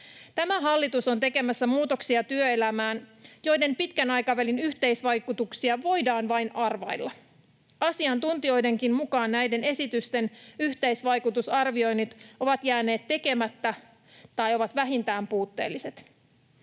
Tämä hallitus on tekemässä työelämään muutoksia, joiden pitkän aikavälin yhteisvaikutuksia voidaan vain arvailla. Asiantuntijoidenkin mukaan näiden esitysten yhteisvaikutusarvioinnit ovat jääneet tekemättä tai ovat vähintään puutteelliset.